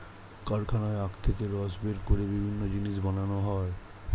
কারখানায় আখ থেকে রস বের করে বিভিন্ন জিনিস বানানো হয়